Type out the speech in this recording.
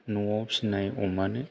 न'आव फिसिनाय अमानो